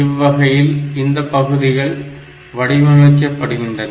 இவ்வகையில் இந்த பகுதிகள் வடிவமைக்கபடுகின்றன